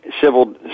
civil